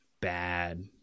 bad